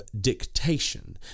dictation